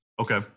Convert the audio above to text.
Okay